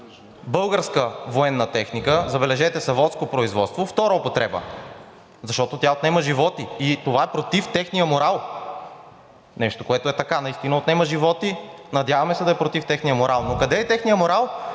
българска военна техника, забележете, заводско производство, втора употреба, защото тя отнема животи и това е против техния морал – нещо, което наистина отнема животи, надяваме се да е против техния морал. Но къде е техният морал,